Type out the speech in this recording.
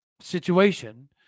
situation